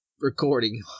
recording